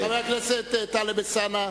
חבר הכנסת טלב אלסאנע.